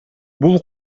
бул